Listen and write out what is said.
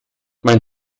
mein